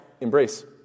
embrace